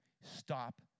stop